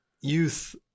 youth